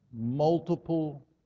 multiple